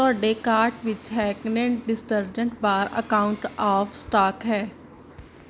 ਤੁਹਾਡੇ ਕਾਰਟ ਵਿੱਚੋਂ Henko detergent bar out of stock ਹੈ